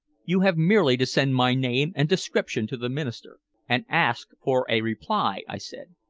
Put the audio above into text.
you have merely to send my name and description to the minister and ask for a reply, i said.